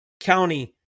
county